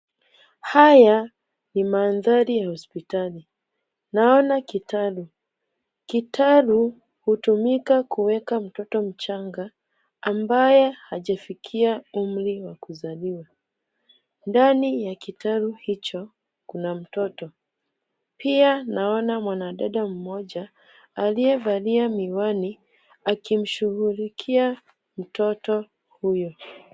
Haya ni mandhari ya hospitali. Naona kitaru. Kitaru hutumika kuweka mtoto mchanga ambaye hajafikia umri wa kuzaliwa. Ndani ya kitaru hicho kuna mtoto. Pia naona mwanadada mmoja, aliyevalia miwani, akimshughulikia mtoto huyo.